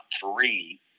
three